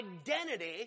identity